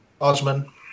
Osman